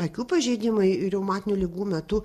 akių pažeidimai reumatinių ligų metu